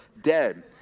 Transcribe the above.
dead